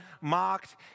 mocked